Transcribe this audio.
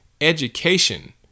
Education